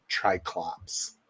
Triclops